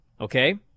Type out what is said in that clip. okay